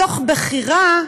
מתוך בחירה,